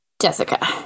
jessica